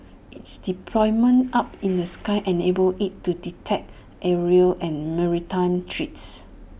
it's deployment up in the sky enables IT to detect aerial and maritime threats